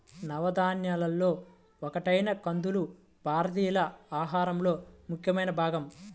నవధాన్యాలలో ఒకటైన కందులు భారతీయుల ఆహారంలో ముఖ్యమైన భాగం